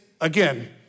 again